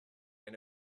and